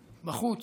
בחוץ.